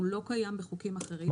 הוא לא קיים בחוקים אחרים.